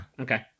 Okay